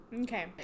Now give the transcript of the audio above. Okay